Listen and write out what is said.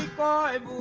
five